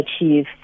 achieve